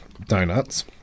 donuts